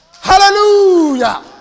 Hallelujah